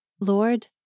Lord